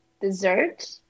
dessert